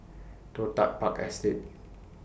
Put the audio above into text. Toh Tuck Park Estate